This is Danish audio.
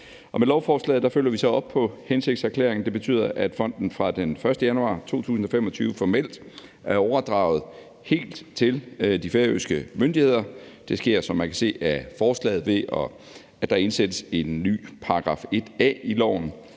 Med lovforslaget følger vi så op på hensigtserklæringen. Det betyder, at fonden fra den 1. januar 2025 formelt er overdraget helt til de færøske myndigheder. Det sker, som man kan se af forslaget, ved at der indsættes en ny § 1 a i loven.